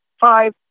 five